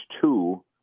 two